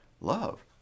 Love